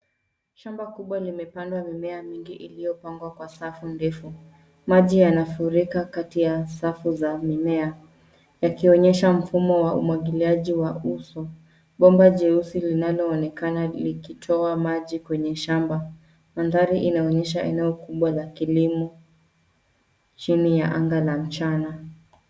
Shamba kubwa limepandwa mimea mingi iliyopangwa kwa safu ndefu. Maji yanafurika kati ya safu za mimea yakionyesha mfumo wa umwagiliaji wa uso. Bomba jeusi linaloonekana likitoa maji kwenye shamba. Mandhari ianonyesha eneo kubwa la kilimo chini ya anga la mchana.